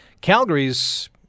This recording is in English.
Calgary's